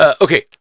Okay